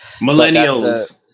Millennials